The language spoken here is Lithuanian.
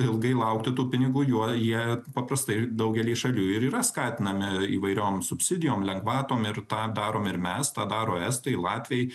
ilgai laukti tų pinigų juo jie paprastai daugely šalių ir yra skatinami įvairioms subsidijom lengvatom ir tą darome ir mes tą daro estai latviai